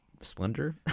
splendor